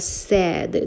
sad，